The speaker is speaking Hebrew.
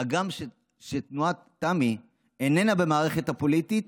שהגם שתנועת תמ"י איננה במערכת הפוליטית,